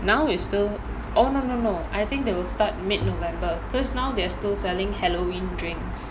now it's still oh no no no I think they will start mid november because now they're still selling halloween drinks